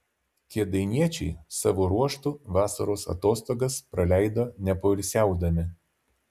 kėdainiečiai savo ruožtu vasaros atostogas praleido nepoilsiaudami